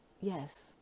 Yes